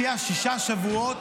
שישה שבועות,